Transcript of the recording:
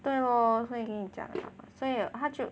对 lor 会给你讲 liao mah 所以他就